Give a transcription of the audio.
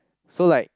so like